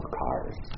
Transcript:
cars